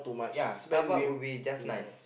ya Starbucks would be just nice